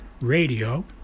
radio